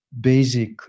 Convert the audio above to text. basic